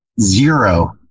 zero